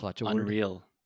unreal